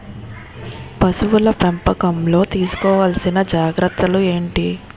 పశువుల పెంపకంలో తీసుకోవల్సిన జాగ్రత్తలు ఏంటి?